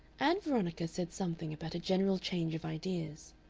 ann veronica said something about a general change of ideas.